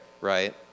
right